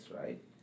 right